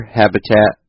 habitat